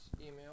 email